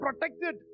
protected